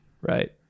right